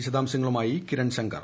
വിശദാംശങ്ങളുമായി കിരൺ ശങ്കർ